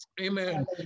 Amen